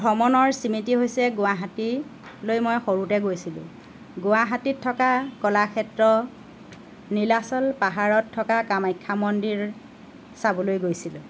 ভ্ৰমণৰ স্মৃতি হৈছে গুৱাহাটীলৈ মই সৰুতে গৈছিলোঁ গুৱাহাটীত থকা কলাক্ষেত্ৰ নীলাচল পাহাৰত থকা কামাখ্যা মন্দিৰ চাবলৈ গৈছিলোঁ